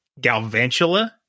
Galvantula